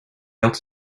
had